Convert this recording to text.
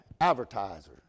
advertiser